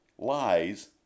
Lies